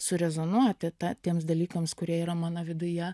surezonuoti ta tiems dalykams kurie yra mano viduje